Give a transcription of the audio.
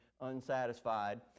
unsatisfied